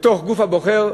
לגוף הבוחר,